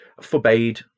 forbade